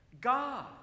God